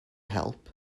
help